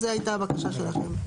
זו הייתה הבקשה שלכם.